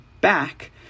back